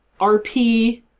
RP